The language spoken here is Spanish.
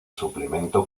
suplemento